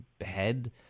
head